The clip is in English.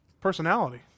personality